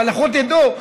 אבל לכו תדעו,